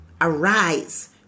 Arise